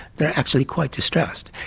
they are actually quite distressed.